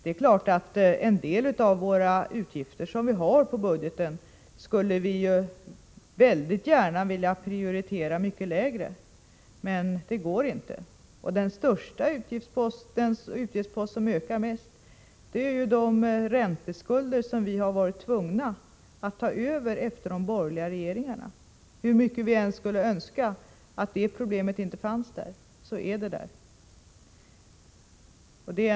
En del av våra utgifter på budgeten skulle vi väldigt gärna vilja prioritera mycket lägre, men det går inte. Den största utgiftsposten, och som ökar mest, är de ränteskulder som vi varit tvungna att ta över efter de borgerliga regeringarna. Hur mycket vi än skulle önska att det problemet inte fanns, så är det där.